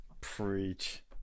Preach